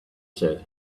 said